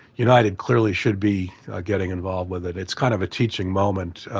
united clearly should be getting involved with it. it's kind of a teaching moment.